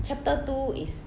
chapter two is